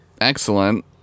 Excellent